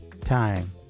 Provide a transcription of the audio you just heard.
time